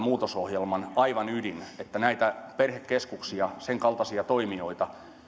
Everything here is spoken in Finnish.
muutosohjelman aivan ydin se että näitä perhekeskuksia sen kaltaisia toimijoita